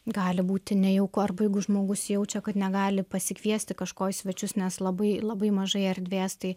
gali būti nejauku arba jeigu žmogus jaučia kad negali pasikviesti kažko į svečius nes labai labai mažai erdvės tai